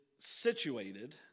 situated